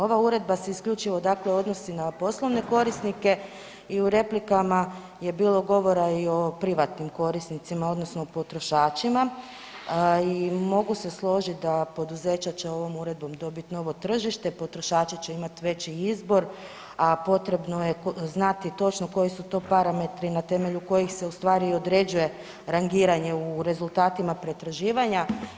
Ova uredba se isključivo dakle odnosi na poslovne korisnike i u replikama je bilo govora i o privatnim korisnicima odnosno potrošačima i mogu se složit da poduzeća će ovom uredbom dobit novo tržište, potrošači će imat veći izbor, a potrebno je znati točno koji su to parametri na temelju kojih se u stvari i određuje rangiranje u rezultatima pretraživanja.